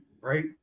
right